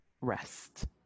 rest